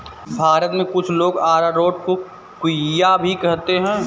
भारत में कुछ लोग अरारोट को कूया भी कहते हैं